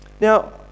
Now